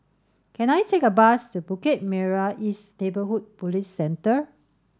can I take a bus to Bukit Merah East Neighbourhood Police Centre